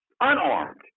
unarmed